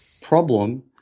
problem